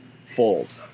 fold